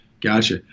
Gotcha